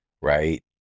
right